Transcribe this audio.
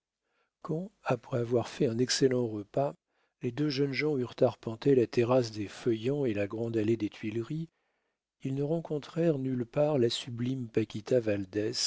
quand après avoir fait un excellent repas les deux jeunes gens eurent arpenté la terrasse des feuillants et la grande allée des tuileries ils ne rencontrèrent nulle part la sublime